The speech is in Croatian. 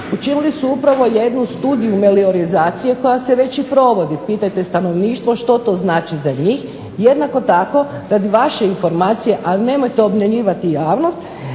učinili su upravo jednu studiju meliorizacije koja se već i provodi. Pitajte stanovništvo što to znači za njih. Jednako tako radi vaše informacije, ali nemojte obmanjivati javnost,